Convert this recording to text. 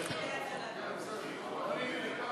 העיריות (ביטול סמכות שר הפנים לאשר חקיקת עזר),